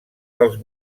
dels